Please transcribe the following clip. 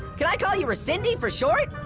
can i call you rescindy for short?